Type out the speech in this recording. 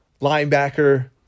linebacker